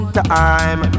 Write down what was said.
time